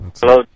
Hello